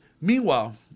meanwhile